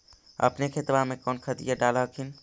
अपने खेतबा मे कौन खदिया डाल हखिन?